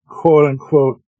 quote-unquote